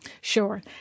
Sure